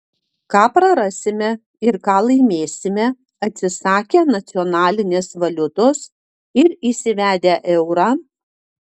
ką prarasime ir ką laimėsime atsisakę nacionalinės valiutos ir įsivedę eurą